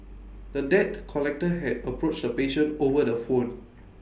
the debt collector had approached the patient over the phone